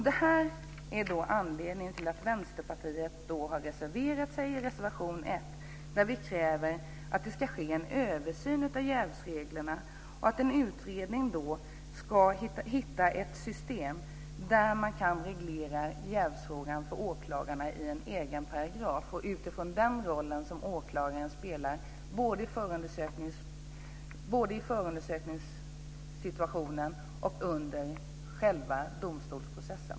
Detta är anledningen till att Vänsterpartiet har avgivit reservation 1, där vi kräver att det ska ske en översyn av jävsreglerna och att en utredning ska komma fram till ett system där jävsfrågan för åklagarna regleras i en egen paragraf, utifrån den roll som åklagaren har både i förundersökningssituationen och under själva domstolsprocessen.